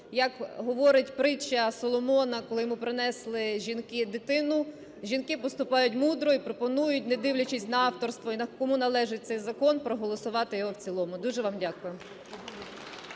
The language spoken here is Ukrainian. як говорить притча Соломона, коли йому принесли жінки дитину, жінки поступають мудро і пропонують, не дивлячись на авторство і кому належить цей закон, проголосувати його в цілому. Дуже вам дякую.